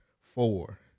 four